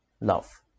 love